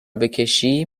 بکشی